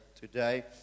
today